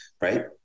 right